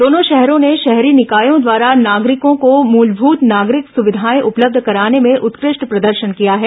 दोनों शहरों ने शहरी निकायों द्वारा नागरिकों को मुलभुत नागरिक सुविधाएं उपलब्ध कराने में उत्कृष्ट प्रदर्शन किया है